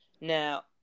Now